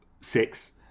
six